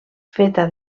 feta